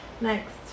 Next